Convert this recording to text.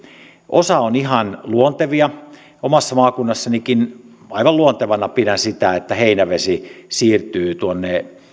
osa on ihan luontevia omassa maakunnassanikin aivan luontevana pidän sitä että heinävesi siirtyy